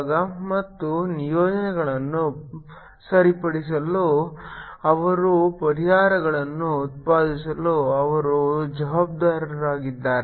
ಮತ್ತು ನಿಯೋಜನೆಗಳನ್ನು ಸರಿಪಡಿಸಲು ಅವರ ಪರಿಹಾರಗಳನ್ನು ಉತ್ಪಾದಿಸಲು ಅವರು ಜವಾಬ್ದಾರರಾಗಿದ್ದಾರೆ